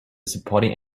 supporting